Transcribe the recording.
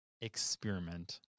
experiment